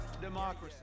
democracy